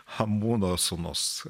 chamuno sūnus